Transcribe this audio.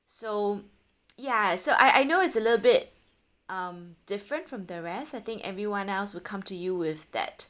so ya so I I know it's a little bit um different from the rest I think everyone else would come to you with that